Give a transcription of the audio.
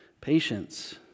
patience